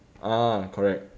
ah correct